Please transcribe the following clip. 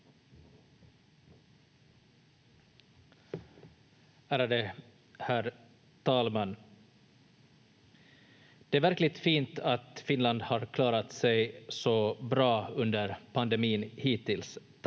Ärade herr talman! Det är verkligt fint att Finland har klarat sig så bra under pandemin hittills.